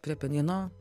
prie pianino